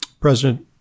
President